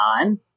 on